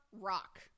rock